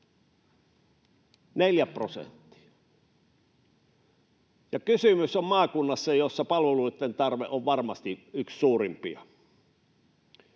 prosenttia. Ja kysymys on maakunnasta, jossa palveluitten tarve on varmasti yksi suurimpia.